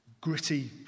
gritty